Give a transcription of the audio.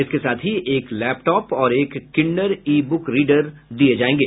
इसके साथ ही एक लैपटॉप और एक किंडर ई बुक रीडर दिये जायेंगे